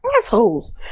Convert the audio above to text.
assholes